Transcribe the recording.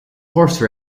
horse